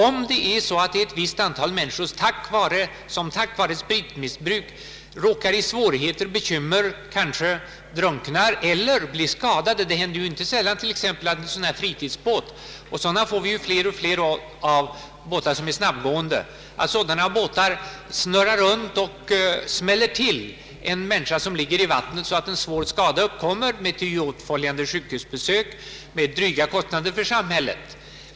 Det händer ju att människor råkar i svårigheter på grund av spritmissbruk till sjöss — de drunknar eller blir skadade. Det är inte sällsynt att sådana snabba fritidsbåtar som vi nu får fler och fler av snurrar runt och smäller till en människa som ligger i vattnet, så att en svår skada uppkommer med ty åt följande sjukhusbesök och dryga kostnader för samhället.